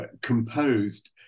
composed